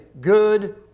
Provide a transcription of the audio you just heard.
good